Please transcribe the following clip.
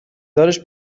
دارش